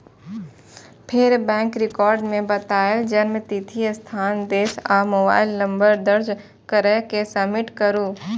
फेर bank record मे बतायल जन्मतिथि, स्थान, देश आ मोबाइल नंबर दर्ज कैर के सबमिट करू